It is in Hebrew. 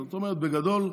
זאת אומרת, בגדול,